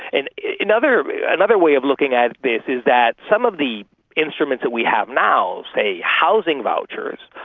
and another another way of looking at this is that some of the instruments that we have now, say housing vouchers,